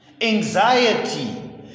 anxiety